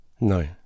No